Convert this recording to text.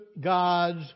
God's